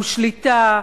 הוא שליטה,